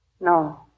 No